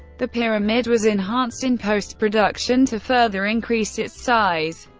the pyramid was enhanced in post-production to further increase its size.